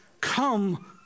Come